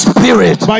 Spirit